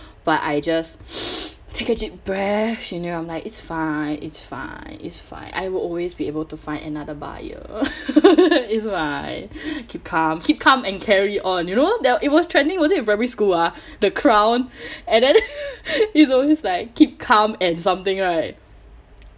but I just take a deep breath and then I'm like it's fine it's fine it's fine I will always be able to find another buyer that's why keep calm keep calm and carry on you know the it was trending was it in primary school ah the crown and then it's always like keep calm and something right